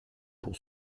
pour